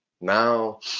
Now